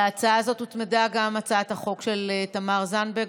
להצעה הזאת הוצמדה גם הצעת החוק של תמר זנדברג.